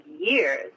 years